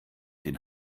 den